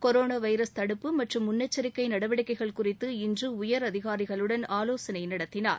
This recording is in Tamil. கொரோனா வைரஸ் தடுப்பு மற்றும் முன்னெச்சரிக்கை நடவடிக்கைகள் குறித்துஇன்று உயர் அதிகாரிகளுடன் அவர் ஆலோசனை நடத்தினார்